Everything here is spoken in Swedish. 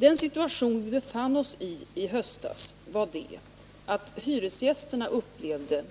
Den situation som vi befann oss i i höstas var att hyresgästerna upplevde